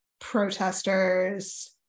protesters